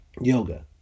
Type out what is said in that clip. yoga